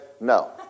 No